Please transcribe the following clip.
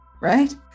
Right